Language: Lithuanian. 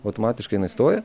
automatiškai jinai stoja